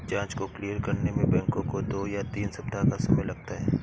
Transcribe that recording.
जाँच को क्लियर करने में बैंकों को दो या तीन सप्ताह का समय लगता है